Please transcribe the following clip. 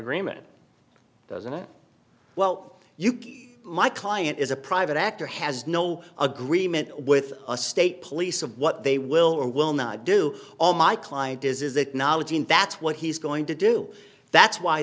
greement doesn't it well you keep my client is a private actor has no agreement with a state police of what they will or will not do all my client does is acknowledge and that's what he's going to do that's why